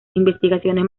investigaciones